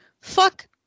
Fuck